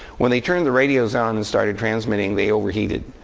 when they turned the radios on and started transmitting, they overheated.